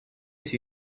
see